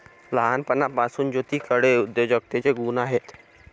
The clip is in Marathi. लहानपणापासून ज्योतीकडे उद्योजकतेचे गुण आहेत